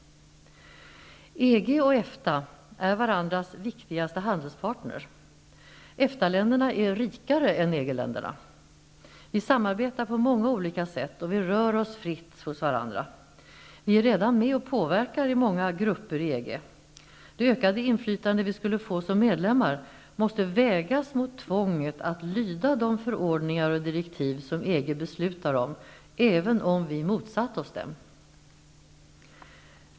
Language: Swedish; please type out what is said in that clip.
EG och EFTA är varandras viktigaste handelspartner. EFTA-länderna är rikare än EG länderna. Vi samarbetar på många olika sätt, och vi rör oss fritt hos varandra. Vi är redan med och påverkar i många grupper i EG. Det ökade inflytande vi skulle få om Sverige blev medlem i EG måste vägas mot tvånget att lyda de förordningar och direktiv som EG beslutar om, även om vi motsatt oss dem.